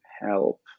help